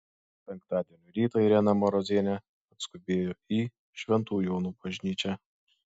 penktadienio rytą irena marozienė atskubėjo į šventų jonų bažnyčią